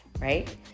Right